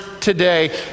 today